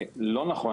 לא נכון,